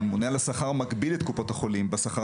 הממונה על השכר מגביל את קופות החולים בשכר